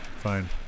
Fine